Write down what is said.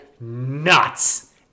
nuts